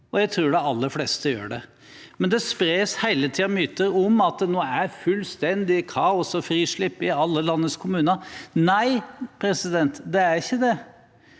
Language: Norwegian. og jeg tror de aller fleste gjør det. Det spres hele tiden myter om at det nå er fullstendig kaos og frislipp i alle landets kommuner. Nei, det er ikke det.